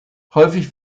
häufig